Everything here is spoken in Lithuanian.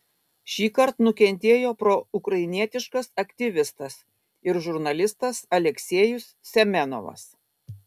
šįkart nukentėjo proukrainietiškas aktyvistas ir žurnalistas aleksejus semenovas